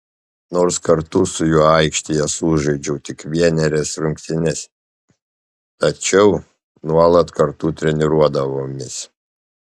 nors kartu su juo aikštėje sužaidžiau tik vienerias rungtynes tačiau nuolat kartu treniruodavomės